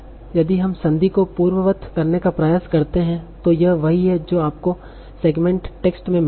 इसलिए यदि हम संदी को पूर्ववत करने का प्रयास करते हैं तो यह वही है जो आपको सेगमेंटेड टेक्स्ट में मिलेगा